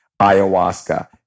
ayahuasca